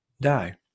die